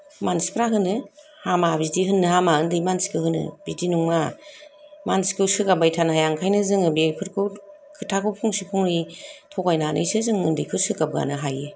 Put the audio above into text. मानसिफ्रा होनो हामा बिदि होननो हामा ओन्दै मानसिखो होनो बिदि नङा मानसिखौ सोगाब्बाय थानो हाया ओंखायनो जोङो बेफोरखौ खोथाखौ फंसे बुङै थगायनानैसो जों ओन्दैखौ सोगाबगानो हायो